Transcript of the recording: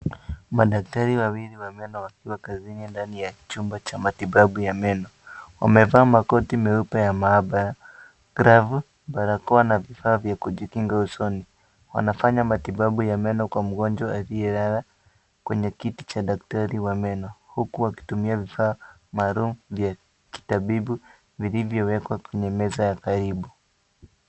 Madaktari wawili wa meno wakiwa kazini ndani ya chumba cha matibabu ya meno . Wevaa makoti meupe ya maabara, glavu, barakoa na vifaa vya kujikinga usoni. Wanafanya matibabu ya meno kwa mgonjwa aliyelala kwenye kiti cha daktari wa meno huku akitumia vifaa maalum vya kitabibu vilivyowekwa kwenye meza ya karibu.